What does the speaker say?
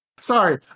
Sorry